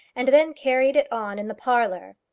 and then carried it on in the parlour.